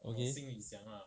okay